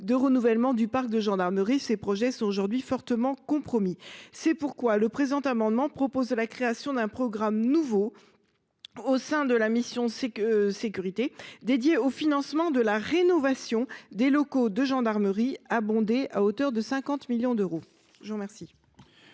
de renouvellement du parc de gendarmerie. Les projets sont fortement compromis. C’est pourquoi le présent amendement tend à la création d’un programme nouveau, au sein de la mission « Sécurités », dédié au financement de la rénovation des locaux de gendarmerie et abondé à hauteur de 50 millions d’euros.